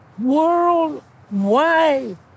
worldwide